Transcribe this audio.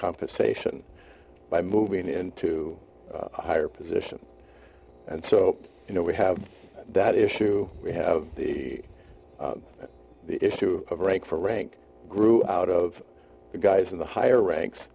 compensation by moving into a higher position and so you know we have that issue we have the issue of rank for rank grew out of the guys in the higher ranks